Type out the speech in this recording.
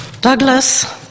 Douglas